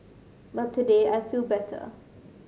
but today I feel better